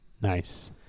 nice